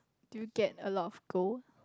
do you get a lot of gold